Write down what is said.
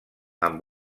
amb